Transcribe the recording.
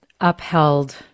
upheld